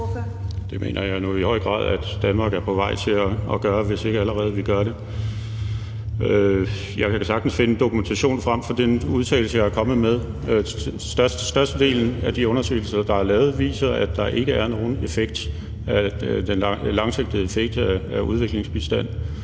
Det mener jeg nu i høj grad Danmark er på vej til at gøre, hvis ikke vi allerede gør det. Jeg kan da sagtens finde dokumentation frem for den udtalelse, jeg er kommet med. Størstedelen af de undersøgelser, der er lavet, viser, at der ikke er nogen langsigtet effekt af udviklingsbistand.